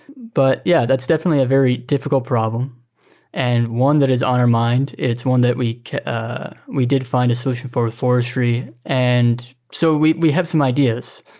but yeah, that's definitely a very difficult problem and one that is on our mind. it's one that we ah we did find a solution for forestry. and so we we have some ideas,